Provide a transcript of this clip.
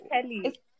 Kelly